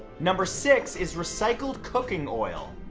number six, is recycled cooking oil.